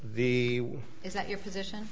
the is that your position